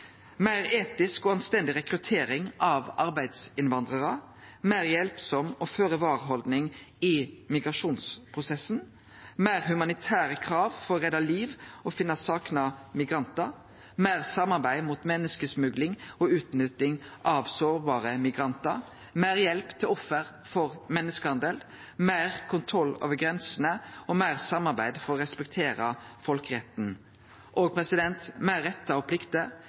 meir etisk og anstendig rekruttering av arbeidsinnvandrarar meir hjelpsam og føre-var-haldning i migrasjonsprosessen meir humanitære krav for å redde liv og finne sakna migrantar meir samarbeid mot menneskesmugling og utnytting av sårbare migrantar meir hjelp til offer for menneskehandel meir kontroll over grensene meir samarbeid for å respektere folkeretten meir rettar og plikter,